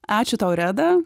ačiū tau reda